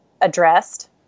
addressed